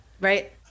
right